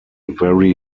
very